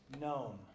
known